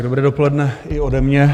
Dobré dopoledne i ode mě.